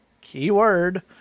keyword